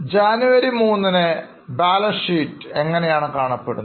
ജനുവരി 3 ന് balance sheet ഇങ്ങനെയാണ് കാണപ്പെടുന്നത്